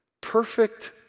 perfect